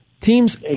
Teams